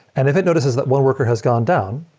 and if it notices that one worker has gone down,